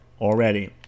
already